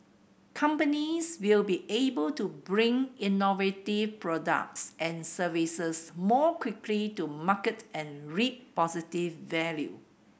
companies will be able to bring innovative products and services more quickly to market and reap positive value